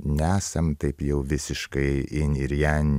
nesam taip jau visiškai jin ir jan